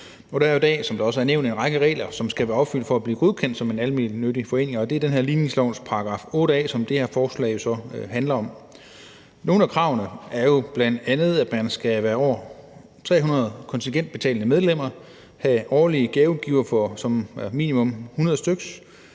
er en række regler, som skal være opfyldt, for at man kan blive godkendt som en almennyttig forening, og det er ligningslovens § 8 A, som det her forslag jo så handler om. Nogle af kravene er bl.a., at der skal være over 300 kontingentbetalende medlemmer, at man skal have årlige gavegivere, minimum 100,